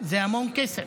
זה המון כסף,